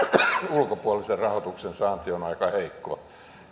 ulkopuolisen rahoituksen saanti on aika heikkoa